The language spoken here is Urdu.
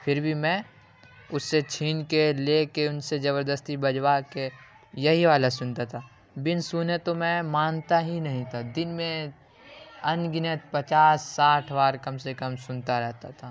پھر بھی میں اس سے چھین کے لے کے ان سے زبردستی بجوا کے یہی والا سنتا تھا بن سنے تو میں مانتا ہی نہیں تھا دن میں ان گنت پچاس ساٹھ بار کم سے کم سنتا رہتا تھا